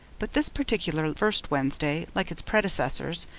but this particular first wednesday, like its predecessors,